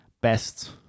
best